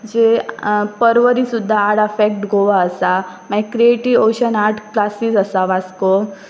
जे पर्वरी सुद्दां art affect Goa आसा मागीर क्रिएटीव ओशन आर्ट क्लासीस आसा वास्को